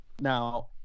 Now